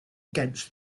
against